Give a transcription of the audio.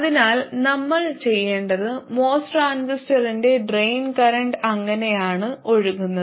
അതിനാൽ നമ്മൾ ചെയ്യേണ്ടത് MOS ട്രാൻസിസ്റ്ററിന്റെ ഡ്രെയിൻ കറന്റ് അങ്ങനെയാണ് ഒഴുകുന്നത്